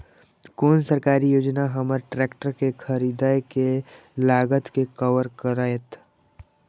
कोन सरकारी योजना हमर ट्रेकटर के खरीदय के लागत के कवर करतय?